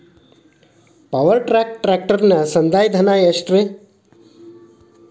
Power track ಟ್ರ್ಯಾಕ್ಟರನ ಸಂದಾಯ ಧನ ಎಷ್ಟ್ ರಿ?